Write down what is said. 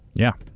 yeah.